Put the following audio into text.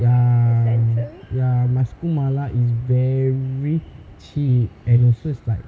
ya ya my school mala is very cheap and also is like